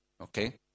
okay